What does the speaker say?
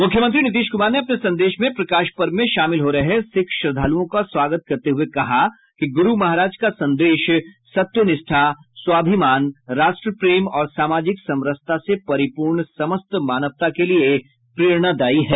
मुख्यमंत्री नीतीश कुमार ने अपने संदेश में प्रकाश पर्व में शामिल हो रहे सिख श्रद्धालुओं का स्वागत करते हुए कहा है कि गुरू महाराज का संदेश सत्यनिष्ठा स्वाभिमान राष्ट्र प्रेम और सामाजिक समरसता से परिपूर्ण समस्त मानवता के लिए प्रेरणादायी है